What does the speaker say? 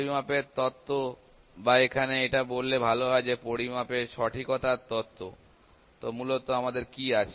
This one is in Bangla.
পরিমাপের তত্ত্ব বা এখানে এটা বললে ভাল হয় যে পরিমাপের সঠিকতার তত্ত্ব তো মূলত আমাদের কি আছে